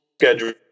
schedule